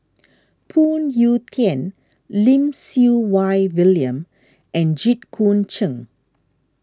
Phoon Yew Tien Lim Siew Wai William and Jit Koon Ch'ng